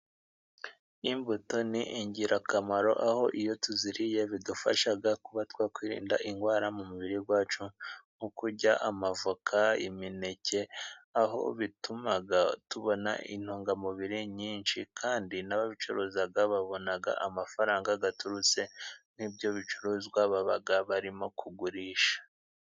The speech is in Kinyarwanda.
Imbuto ni ingirakamaro, aho iyo tuziriye bidufasha kuba twakwirinda indwara mu mubiri wacu; nko kurya amavoka, imineke, aho bituma tubona intungamubiri nyinshi kandi n'ababicuruza babona amafaranga aturutse muri ibyo bicuruzwa baba barimo kugurisha.